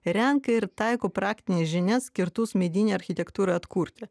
renka ir taiko praktines žinias skirtus medinę architektūrą atkurti